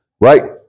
Right